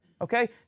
Okay